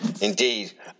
Indeed